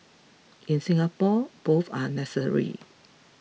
in Singapore both are necessary